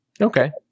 okay